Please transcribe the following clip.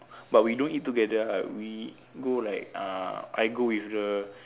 but we don't eat together ah we go like uh I go with the